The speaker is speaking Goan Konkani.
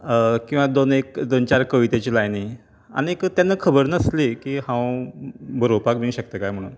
किंवां दोन एक चार कवितेच्यो लायनी आनीक तेन्ना खबर नासली की हांव बरोवपाक बी शकता कांय म्हणून